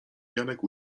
janek